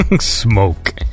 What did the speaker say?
Smoke